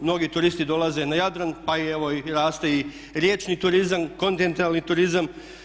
Mnogi turisti dolaze na Jadran, pa evo raste i riječni turizam, kontinentalni turizam.